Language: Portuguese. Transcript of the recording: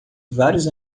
vários